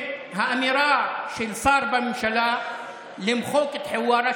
האמירה של שר בממשלה "למחוק את חווארה",